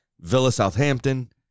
Villa-Southampton